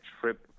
trip